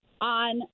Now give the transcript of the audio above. on